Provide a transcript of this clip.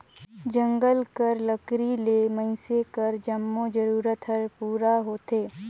जंगल कर लकरी ले मइनसे कर जम्मो जरूरत हर पूरा होथे